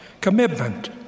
commitment